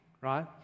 right